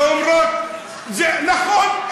כשהנשים הערביות פונות אלי ואומרות: זה נכון,